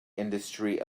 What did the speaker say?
industry